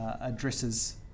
addresses